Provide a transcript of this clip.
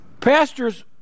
Pastors